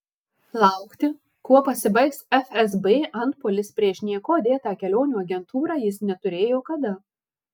laukti kuo pasibaigs fsb antpuolis prieš niekuo dėtą kelionių agentūrą jis neturėjo kada